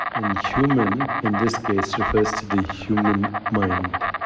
and human, in this case, refers to the human mind.